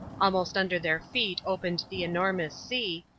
almost under their feet opened the enormous sea,